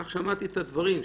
כך שמעתי את הדברים,